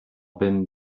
bym